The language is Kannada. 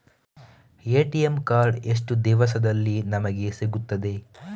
ಎ.ಟಿ.ಎಂ ಕಾರ್ಡ್ ಎಷ್ಟು ದಿವಸದಲ್ಲಿ ನಮಗೆ ಸಿಗುತ್ತದೆ?